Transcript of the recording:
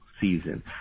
season